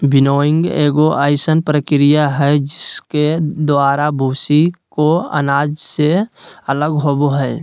winnowing एगो अइसन प्रक्रिया हइ जिसके द्वारा भूसी को अनाज से अलग होबो हइ